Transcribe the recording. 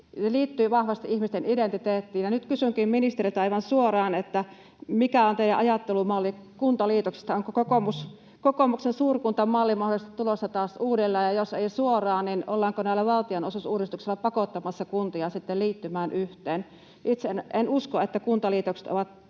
liittyvät vahvasti ihmisten identiteettiin, ja nyt kysynkin ministeriltä aivan suoraan: mikä on teidän ajattelumallinne kuntaliitoksista? Onko kokoomuksen suurkuntamalli mahdollisesti tulossa taas uudelleen, ja jos ei suoraan, niin ollaanko näillä valtionosuusuudistuksilla pakottamassa kuntia sitten liittymään yhteen? Itse en usko, että kuntaliitokset ovat